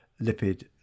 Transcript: lipid